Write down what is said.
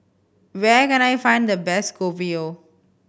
where can I find the best Kopi O